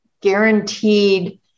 guaranteed